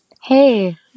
Hey